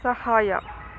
ಸಹಾಯ